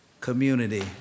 community